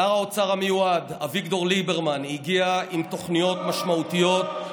שר האוצר המיועד אביגדור ליברמן הגיע עם תוכניות משמעותיות,